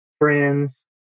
friends